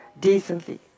decently